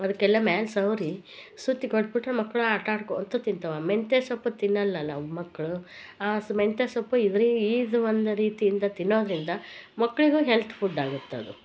ಅದ್ಕೆಲ್ಲ ಮ್ಯಾಲ ಸವರಿ ಸುತ್ತಿ ಕೊಟ್ಬಿಟ್ಟರೆ ಮಕ್ಕಳು ಆಟಾಡ್ಕೋಳ್ತಾ ತಿನ್ತಾವ ಆ ಮೆಂತೆ ಸೊಪ್ಪು ತಿನ್ನಲ್ಲಲ್ಲ ಅವ ಮಕ್ಕಳು ಆ ಮೆಂತೆ ಸೊಪ್ಪು ಇಲ್ಲಿ ಇದು ಒಂದು ರೀತಿಯಿಂದ ತಿನ್ನೋದರಿಂದ ಮಕ್ಕಳಿಗು ಹೆಲ್ತ್ ಫುಡ್ ಆಗುತ್ತದು